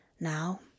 Now